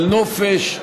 של נופש.